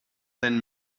ten